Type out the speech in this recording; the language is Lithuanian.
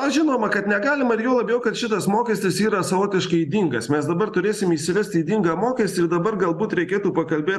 na žinoma kad negalima ir juo labiau kad šitas mokestis yra savotiškai ydingas mes dabar turėsim įsivest įdingą mokestį ir dabar galbūt reikėtų pakalbėt